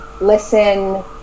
listen